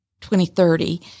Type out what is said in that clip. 2030